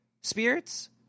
Spirits